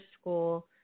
school